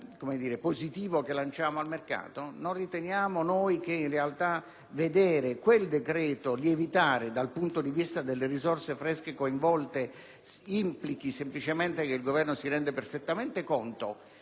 positivo che lanciamo al mercato? Non riteniamo noi che, in realtà, la lievitazione del decreto dal punto di vista delle risorse fresche coinvolte implichi semplicemente che il Governo si rende perfettamente conto